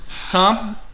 Tom